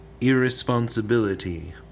irresponsibility